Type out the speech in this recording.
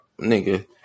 nigga